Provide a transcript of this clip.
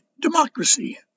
democracy